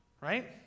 Right